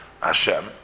Hashem